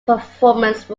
performance